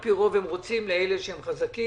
על פי רוב, הם רוצים לאלה שהם חזקים,